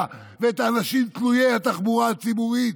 ואת האנשים שתלויים בתחבורה הציבורית.